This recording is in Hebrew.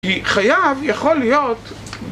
כי חייב יכול להיות